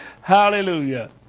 Hallelujah